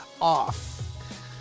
off